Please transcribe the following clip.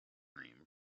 name